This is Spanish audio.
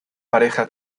pareja